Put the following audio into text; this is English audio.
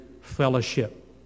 fellowship